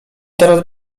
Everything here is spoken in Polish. teraz